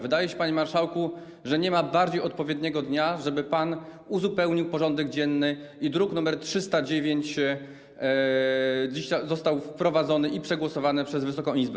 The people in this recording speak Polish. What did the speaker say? Wydaje się, panie marszałku, że nie ma bardziej odpowiedniego dnia, żeby pan uzupełnił porządek dzienny i druk nr 309 dziś został wprowadzony i przegłosowany przez Wysoką Izbę.